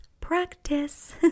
practice